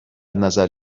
نظر